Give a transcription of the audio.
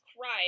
cried